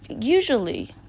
usually